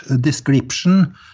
description